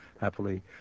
happily